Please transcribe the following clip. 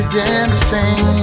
dancing